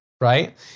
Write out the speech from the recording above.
right